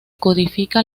codifica